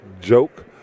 joke